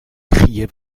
criait